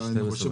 אני חושב,